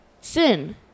sin